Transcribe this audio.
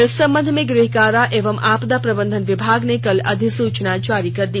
इस संबंध में गृह कारा एवं आपदा प्रबंधन विभाग ने कल अधिसूचना जारी कर दी